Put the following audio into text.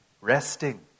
resting